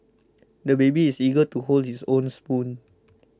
the baby is eager to hold his own spoon